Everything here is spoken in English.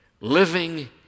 living